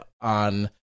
on